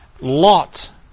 Lot